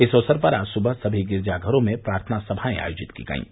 इस अवसर पर आज सुबह सभी गिरजाघरों में प्रार्थना सभायें आयोजित की गयीं